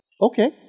Okay